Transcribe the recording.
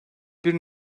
bir